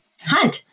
Hunt